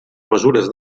mesures